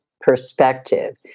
perspective